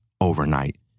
overnight